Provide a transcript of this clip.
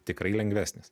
tikrai lengvesnis